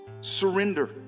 Surrender